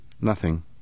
Nothing